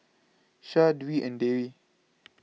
Syah Dwi and Dewi